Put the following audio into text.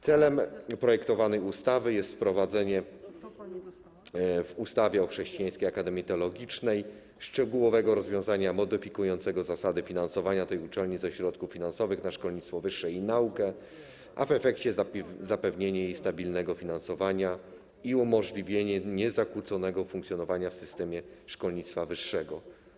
Celem projektowanej ustawy jest wprowadzenie w ustawie o Chrześcijańskiej Akademii Teologicznej szczegółowego rozwiązania modyfikującego zasady finansowania tej uczelni ze środków finansowych na szkolnictwo wyższe i naukę, a w efekcie zapewnienie jej stabilnego finansowania i umożliwienie niezakłóconego funkcjonowania w systemie szkolnictwa wyższego.